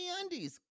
Undies